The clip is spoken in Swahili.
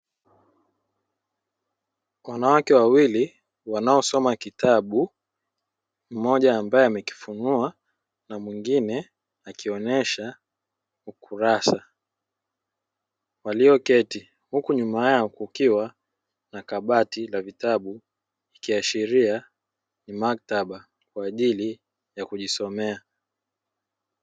Wanawake wawili wanaosoma kitabu mmoja ambaye amekifunua na mwingine akionyesha ukurasa walioketi, huku nyuma yao kukiwa na kabati la vitabu ikiashiria ni maktaba kwa ajili ya kujisomea.